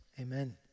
Amen